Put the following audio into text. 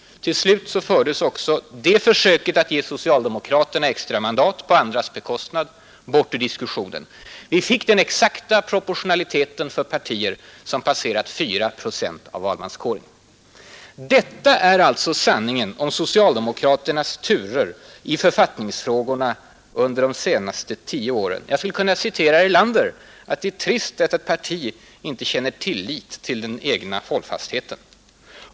Till slut fördes också det försöket att ge socialdemokraterna extra mandat på andra partiers bekostnad ut ur diskussionen. Och vi fick den exakta proportionaliteten för partier som passerat 4 procent av valmanskåren. Detta är alltså sanningen om socialdemokraternas turer i författningsfrågorna under de senaste tio åren. Jag skulle kunna citera herr Erlander: Det är trist att ett parti inte känner tillit till den egna hållfastheten!